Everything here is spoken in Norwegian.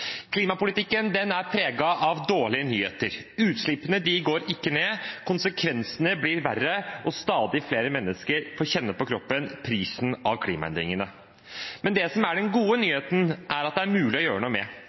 Klimapolitikken er preget av dårlige nyheter. Utslippene går ikke ned, konsekvensene blir verre, og stadig flere mennesker får kjenne prisen av klimaendringene på kroppen. Men det som er den gode nyheten, er at det er mulig å gjøre noe med